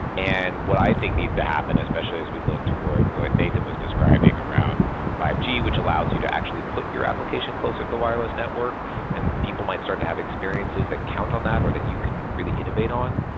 and what i think needs to happen especially as we look towards like nathan was describing around five g which allows you to actually put your application closer to the wireless network and people might start to have experiences that count on that or that you can really innovate on,